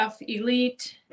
elite